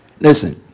Listen